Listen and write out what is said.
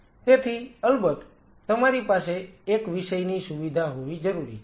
તેથી અલબત્ત તમારી પાસે એક વિષયની સુવિધા હોવી જરૂરી છે